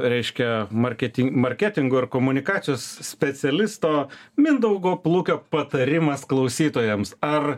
reiškia marketin marketingo ir komunikacijos specialisto mindaugo plukio patarimas klausytojams ar